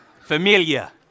Familia